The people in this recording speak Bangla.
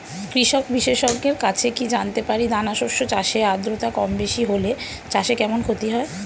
কৃষক বিশেষজ্ঞের কাছে কি জানতে পারি দানা শস্য চাষে আদ্রতা কমবেশি হলে চাষে কেমন ক্ষতি হয়?